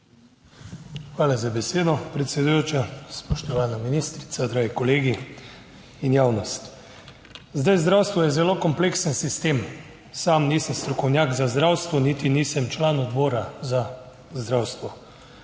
Hvala za besedo predsedujoča. Spoštovana ministrica, dragi kolegi in javnost! Zdaj, zdravstvo je zelo kompleksen sistem, sam nisem strokovnjak za zdravstvo niti nisem član Odbora za zdravstvo,